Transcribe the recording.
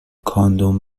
کاندوم